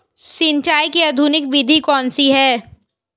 सिंचाई की आधुनिक विधि कौन सी है?